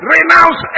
Renounce